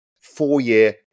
four-year